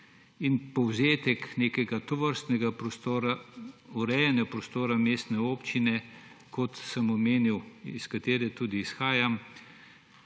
in povzetek nekega tovrstnega urejanja prostora mestne občine, kot sem omenil, iz katere tudi izhajam,